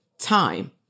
time